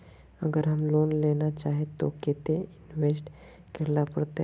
अगर हम लोन लेना चाहते तो केते इंवेस्ट करेला पड़ते?